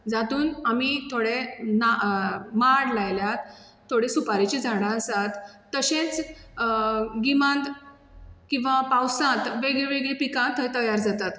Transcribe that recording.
जातूंत आमी थोडे ना माड लायल्यात थोडे सुपारेचीं झाडां आसात तशेंच गिमांत किंवा पावसांत वेगळीं वेगळीं पिकां थंय तयार जातात